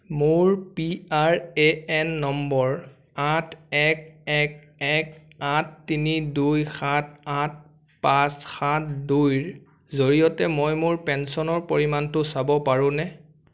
মোৰ P R A N number আঠ এক এক এক আঠ তিনি দুই সাত আঠ পাঁচ সাত দুইৰ জৰিয়তে মই মোৰ পেঞ্চনৰ পৰিমাণটো চাব পাৰোনে